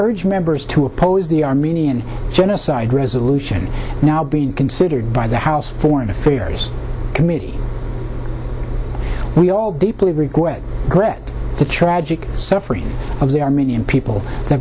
urge members to oppose the armenian genocide resolution now being considered by the house foreign affairs committee we all deeply regret correct the tragic suffering of the armenian people t